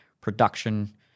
production